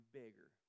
bigger